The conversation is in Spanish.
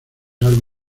algo